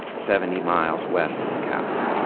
seventy miles west of the capital.